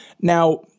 Now